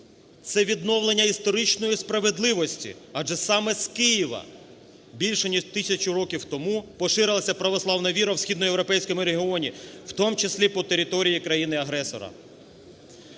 це відновлення історичної справедливості. Адже саме з Києва більше ніж тисячу років тому поширилася православна віра у Східноєвропейському регіоні, в тому числі по території країни-агресора.